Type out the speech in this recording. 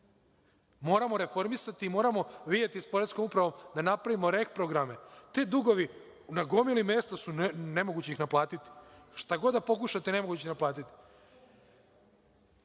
Moramo reformisati i moramo videti s poreskom upravom da napravimo reprograme. Te dugove na gomili mesta je nemoguće naplatiti. Šta god da pokušate, nemoguće je naplatiti.